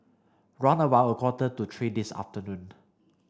round about a quarter to three this afternoon